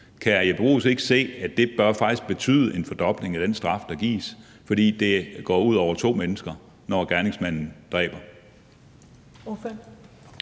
hr. Jeppe Bruus ikke se, at det faktisk bør betyde en fordobling af den straf, der gives, fordi det går ud over to mennesker, når gerningsmanden dræber?